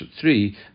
three